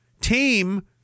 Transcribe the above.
team